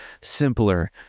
simpler